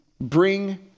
bring